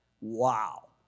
Wow